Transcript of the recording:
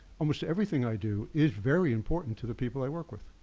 almost everything i do is very important to the people i work with.